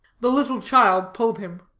the little child pulled him.